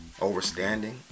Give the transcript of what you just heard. Overstanding